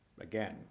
again